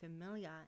familiar